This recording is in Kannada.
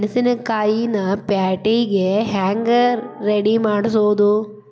ಮೆಣಸಿನಕಾಯಿನ ಪ್ಯಾಟಿಗೆ ಹ್ಯಾಂಗ್ ರೇ ರೆಡಿಮಾಡೋದು?